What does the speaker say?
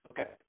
Okay